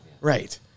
Right